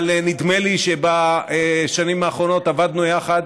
אבל נדמה לי שבשנים האחרונות עבדנו יחד,